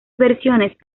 versiones